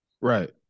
right